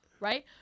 right